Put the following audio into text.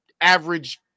average